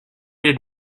did